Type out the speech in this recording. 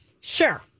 Sure